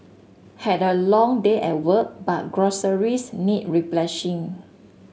had a long day at work but groceries need